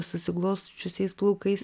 susiklosčiusiais plaukais